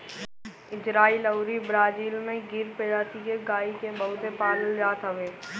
Israel अउरी Brazil में गिर प्रजति के गाई के बहुते पालल जात हवे